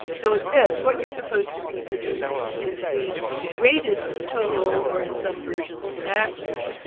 so it says what you're supposed to be producing is the greatest total, or in some versions, average,